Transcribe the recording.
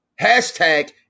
Hashtag